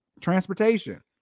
transportation